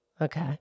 Okay